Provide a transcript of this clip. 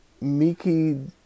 Miki